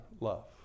love